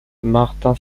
martin